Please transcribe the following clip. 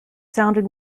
sounded